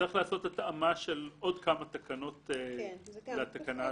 לעשות התאמה של עוד כמה תקנות לתקנה הזאת.